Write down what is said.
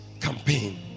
Campaign